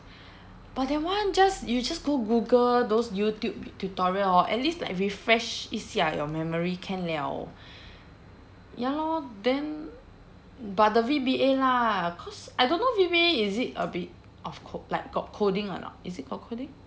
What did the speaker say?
but that one just you just go Google those Youtube tutorial hor at least like refresh 一下 your memory can liao ya lor then but the V_B_A_ lah cause I don't know V_B_A_ is it a bit of co~ like got coding or not is it got coding